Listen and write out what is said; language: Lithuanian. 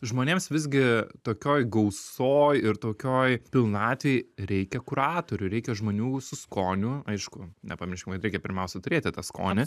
žmonėms visgi tokioj gausoj ir tokioj pilnatvėj reikia kuratorių reikia žmonių su skoniu aišku nepamirškim kad reikia pirmiausia turėti tą skonį